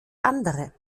andere